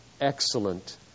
excellent